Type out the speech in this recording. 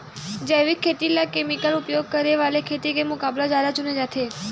जैविक खेती ला केमिकल उपयोग करे वाले खेती के मुकाबला ज्यादा चुने जाते